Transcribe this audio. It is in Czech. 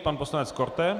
Pan poslanec Korte.